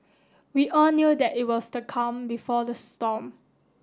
we all knew that it was the calm before the storm